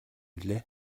билээ